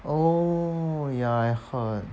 oh ya I heard